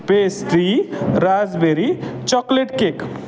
pastry raspberry chocolate cake